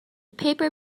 paper